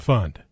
Fund